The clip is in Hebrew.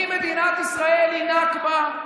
אם מדינת ישראל היא נכבה,